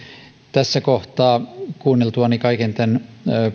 tässä kohtaa kuunneltuani kaiken tämän